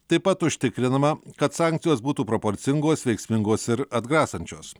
taip pat užtikrinama kad sankcijos būtų proporcingos veiksmingos ir atgrasančios